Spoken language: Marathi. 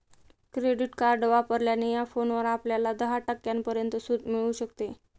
क्रेडिट कार्ड वापरल्याने या फोनवर आपल्याला दहा टक्क्यांपर्यंत सूट मिळू शकते